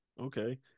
okay